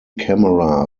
camera